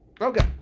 Okay